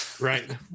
Right